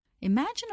Imagine